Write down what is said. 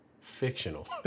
fictional